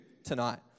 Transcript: tonight